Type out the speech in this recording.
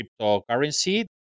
cryptocurrency